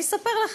אני אספר לך,